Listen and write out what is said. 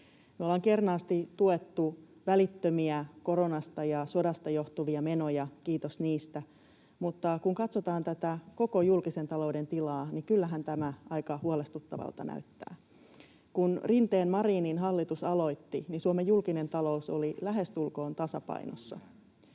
ollaan kernaasti tuettu välittömiä koronasta ja sodasta johtuvia menoja, kiitos niistä. Mutta kun katsotaan tätä koko julkisen talouden tilaa, niin kyllähän tämä aika huolestuttavalta näyttää. Kun Rinteen—Marinin hallitus aloitti, niin Suomen julkinen talous oli lähestulkoon tasapainossa.